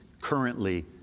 currently